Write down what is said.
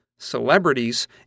celebrities